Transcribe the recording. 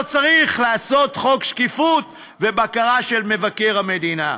צריך לעשות חוק שקיפות ובקרה של מבקר המדינה.